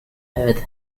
earth